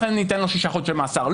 לכן אני אתן לו שישה חודשי מאסר.